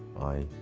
i,